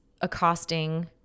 accosting